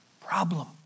problem